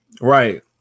right